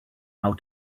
how